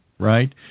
right